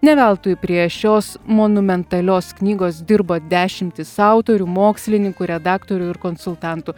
ne veltui prie šios monumentalios knygos dirbo dešimtys autorių mokslininkų redaktorių ir konsultantų